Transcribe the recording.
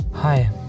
Hi